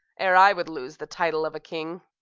ere i would lose the title of a king.